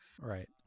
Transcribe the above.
right